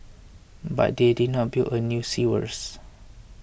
but they did not build a new sewers